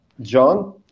John